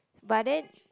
but then